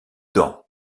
dents